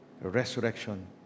resurrection